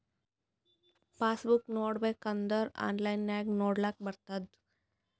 pass book ನೋಡ್ಬೇಕ್ ಅಂದುರ್ online ನಾಗು ನೊಡ್ಲಾಕ್ ಬರ್ತುದ್